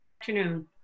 afternoon